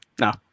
No